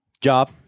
Job